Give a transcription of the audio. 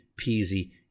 peasy